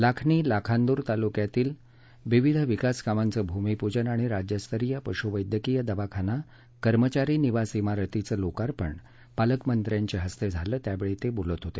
लाखनी लाखांदूर तालुक्यातील विविध विकास कामाचं भूमीपूजन आणि राज्यस्तरीय पशुक्यक्रीय दवाखाना कर्मचारी निवास इमारतीचे लोकार्पण पालकमंत्र्यांच्या हस्ते झालं त्यावेळी ते बोलत होते